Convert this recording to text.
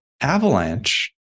Avalanche